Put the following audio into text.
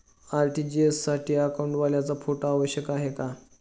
RTGS साठी अकाउंटवाल्याचा photo आवश्यक आहे का?